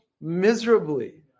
miserably